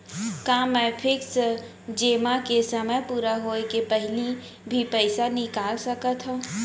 का मैं फिक्स जेमा के समय पूरा होय के पहिली भी पइसा निकाल सकथव?